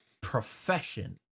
profession